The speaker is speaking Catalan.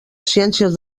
ciències